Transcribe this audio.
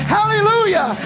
Hallelujah